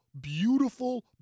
beautiful